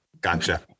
gotcha